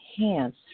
enhance